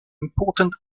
important